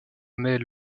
naît